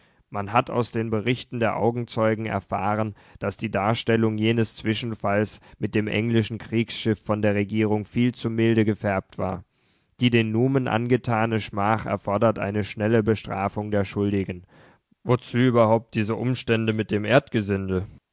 man hat aus den berichten der augenzeugen erfahren daß die darstellung jenes zwischenfalls mit dem englischen kriegsschiff von der regierung viel zu milde gefärbt war die den numen angetane schmach erfordert eine schnelle bestrafung der schuldigen wozu überhaupt diese umstände mit dem